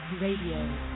Radio